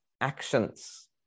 actions